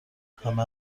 همه